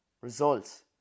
results